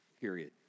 Period